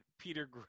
Peter